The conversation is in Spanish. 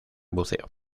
buceo